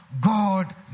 God